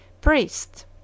PRIEST